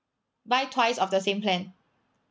buy twice of the same plan